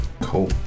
cool